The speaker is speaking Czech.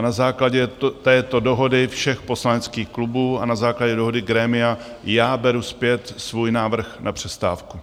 Na základě této dohody všech poslaneckých klubů a na základě dohody grémia beru zpět svůj návrh na přestávku.